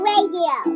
Radio